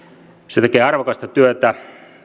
se tekee arvokasta työtä